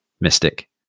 mystic